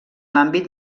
l’àmbit